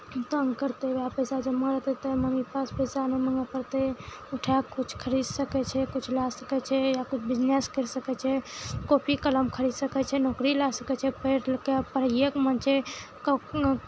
तंग करतै उएह पैसा जमा रहतै तऽ मम्मी पापासँ पैसा नहि माङ्गए पड़तै उठा कऽ किछु खरीद सकै छै किछ ला सकै छै या किछु बिजनेस करि सकै छै कॉपी कलम खरीद सकै छै नौकरी लागि सकै छै पढ़ि कऽ लिखि कऽ पढ़ैएके मन छै कखनो